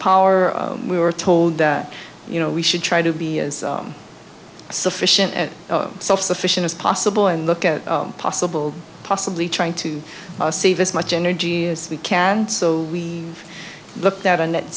power we were told that you know we should try to be sufficient self sufficient as possible and look at possible possibly trying to save as much energy as we can so we looked at a net